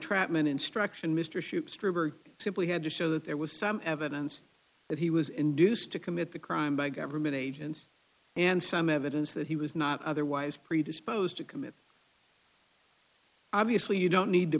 entrapment instruction mr shoop strober simply had to show that there was some evidence that he was induced to commit the crime by government agents and some evidence that he was not otherwise predisposed to commit obviously you don't need to